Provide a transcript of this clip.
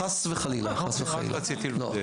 חס וחלילה, חס וחלילה.